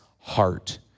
Heart